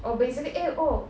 oh basically eh oh